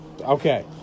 Okay